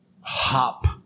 hop